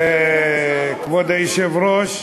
כבוד היושב-ראש,